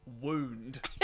Wound